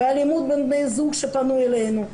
באלימות בין בני זוג שפנו אלינו,